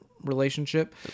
relationship